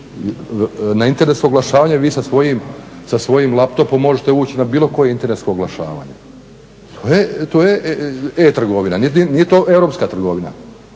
na internetsko oglašavanje vi se sa svojim laptopom možete ući na bilo koje internetsko oglašavanje. E to je e-trgovina, nije to europska trgovina.